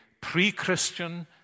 pre-Christian